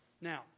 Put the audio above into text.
Now